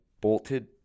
bolted